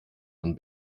von